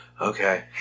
okay